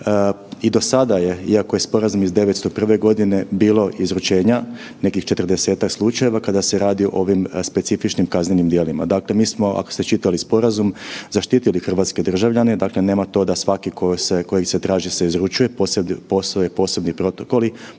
i do sada je iako je sporazum iz '901. Godine bilo izručenja nekih 40-ak slučajeva kada se radi o ovim specifičnim kaznenim djelima. Mi smo ako ste čitali sporazum zaštitili hrvatske državljane, dakle nema to da svaki koji se traži se izručuje, postoje posebni protokoli,